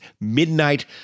Midnight